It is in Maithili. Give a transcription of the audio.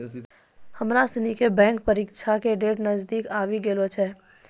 हमरा सनी के बैंक परीक्षा के डेट नजदीक आवी गेलो छै